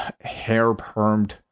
hair-permed